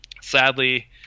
sadly